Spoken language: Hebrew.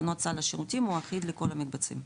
מבחינת סל השירותים הוא אחיד לכל המקבצים.